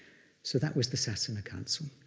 so that was the sasana council.